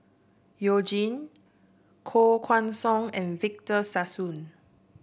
You Jin Koh Guan Song and Victor Sassoon